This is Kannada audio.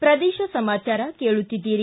ಪ್ರದೇಶ ಸಮಾಚಾರ ಕೇಳುತ್ತೀದ್ದಿರಿ